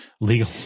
legal